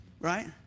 right